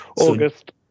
August